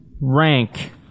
rank